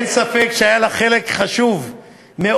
אין ספק שהיה לך חלק חשוב מאוד,